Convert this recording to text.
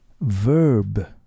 verb